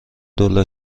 دلار